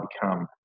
become